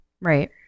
Right